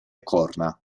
corna